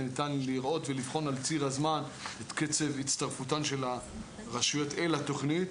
וניתן לראות ולבחון על ציר הזמן את קצב הצטרפותן של הרשויות אל התוכנית